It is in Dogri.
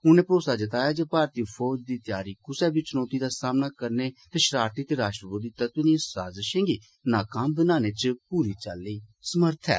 उनें मरोसा जताया जे भारतीय फौज दी तैयारी कुसै बी चुनौती दा सामना करने ते शरारती ते राष्ट्रविरोधी तत्वें दिए साजशें गी नकाम बनाने च पूरी चाल्ली समर्थ ऐ